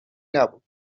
نبود